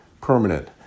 permanent